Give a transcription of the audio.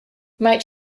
might